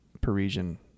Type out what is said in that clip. Parisian